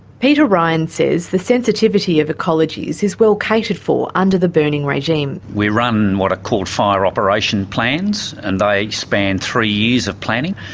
peter ryan says the sensitivity of ecologies is well catered for under the burning regime. we run what are called fire operation plans and they ah span three years of planning.